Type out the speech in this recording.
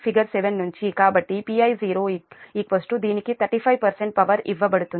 కాబట్టిPi0 దీనికి 35 పవర్ ఇవ్వబడుతుంది